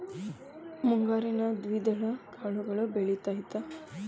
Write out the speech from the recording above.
ಮುಂಗಾರಿನಲ್ಲಿ ದ್ವಿದಳ ಕಾಳುಗಳು ಬೆಳೆತೈತಾ?